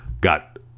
got